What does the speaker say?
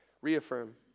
reaffirm